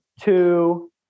two